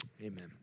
amen